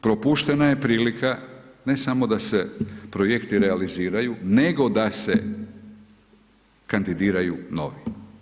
Propuštena je prilika, ne samo da se projekti realiziraju, nego da se kandidiraju novi.